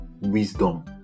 wisdom